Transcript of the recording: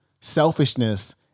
Selfishness